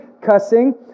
cussing